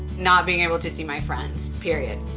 not being able to see my friends, period.